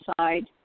side